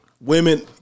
Women